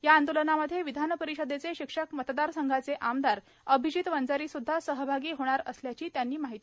या आंदोलनामध्ये विधान परिषदेचे शिक्षक मतदारसंघाचे आमदार अभिजित वंजारी सुदधा सहभागी होणार असल्याची माहिती त्यांनी दिली